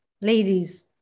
ladies